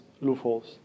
loopholes